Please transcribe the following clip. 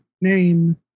name